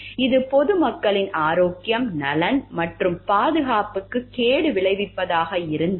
இது பொது மக்களின் ஆரோக்கியம் நலன் மற்றும் பாதுகாப்புக்கு கேடு விளைவிப்பதாக இருந்தால்